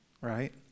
right